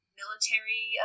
military